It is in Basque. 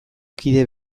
kide